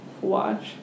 watch